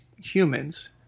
humans